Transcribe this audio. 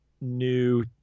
new